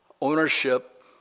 ownership